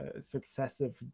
successive